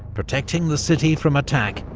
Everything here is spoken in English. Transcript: protecting the city from attack,